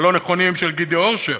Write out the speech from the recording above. הלא-נכונים של גידי אורשר.